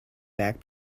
back